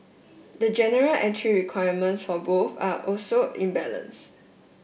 the general entry requirements for both are also imbalanced